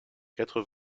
quatre